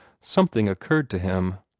something occurred to him.